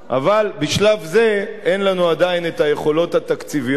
אבל בשלב זה אין לנו עדיין היכולות התקציביות,